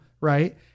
right